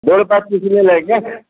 दो रुपया